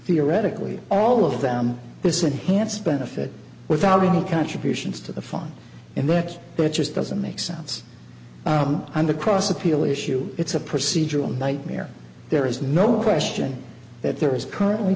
theoretically all of them this enhanced benefit without any contributions to the fun in that but it just doesn't make sense on the cross appeal issue it's a procedural nightmare there is no question that there is currently